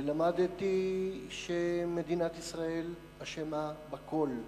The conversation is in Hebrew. ולמדתי שמדינת ישראל אשמה בכול,